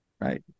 Right